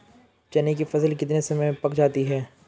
चने की फसल कितने समय में पक जाती है?